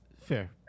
Fair